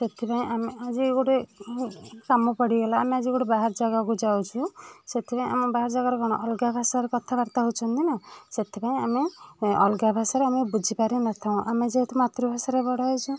ସେଥିପାଇଁ ଆମେ ଆଜି ଗୋଟେ କାମ ପଡ଼ିଗଲା ଆମେ ଆଜି ଗୋଟେ ବାହାର ଜାଗାକୁ ଯାଉଛୁ ସେଥିପାଇଁ ଆମ ବାହାର ଜାଗାର କଣ ଅଲଗା ଭାଷାର କଥାବାର୍ତ୍ତା ହେଉଛନ୍ତି ନା ସେଥିପାଇଁ ଆମେ ଅଲଗା ଭାଷାରେ ଆମେ ବୁଝିପାରୁ ନ ଥାଉ ଆମେ ଯେହେତୁ ମାତୃଭାଷାରେ ଗଢା ହେଇଛୁ